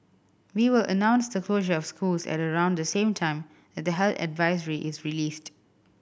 we will announce the closure of schools at around the same time that the health advisory is released